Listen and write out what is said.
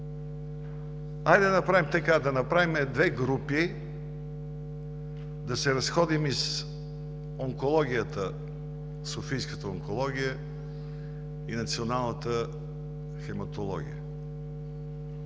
да направим така: да направим две групи и да се разходим из софийската онкология и националната хематология,